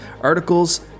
articles